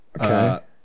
Okay